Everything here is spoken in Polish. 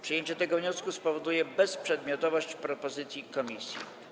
Przyjęcie tego wniosku spowoduje bezprzedmiotowość propozycji komisji.